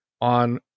on